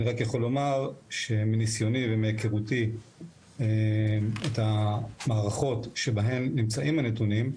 אני רק יכול לומר שמניסיוני ומהיכרותי את המערכות שבהן נמצאים הנתונים,